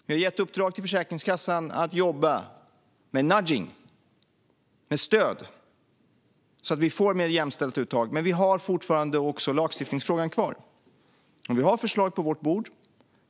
Vi har gett ett uppdrag till Försäkringskassan att jobba med "nudging", det vill säga stöd, så att vi får ett mer jämställt uttag. Vi har dock fortfarande lagstiftningsfrågan kvar. Vi har förslag på vårt bord.